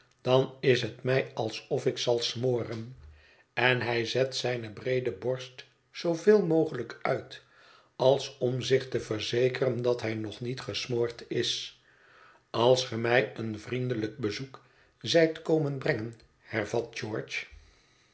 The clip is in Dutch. dan is het mij alsof ik zal smoren en hij zet zijne breede borst zooveel mogelijk uit als om zich te verzekeren dat hij nog niet gesmoord is als ge mij een vriendelijk bezoek zijt komen brengen hervat george